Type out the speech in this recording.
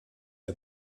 der